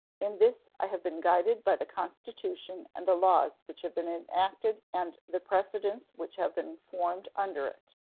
in this i have been guided by the constitution and the laws which have been enacted and the precedents which have been formed under it.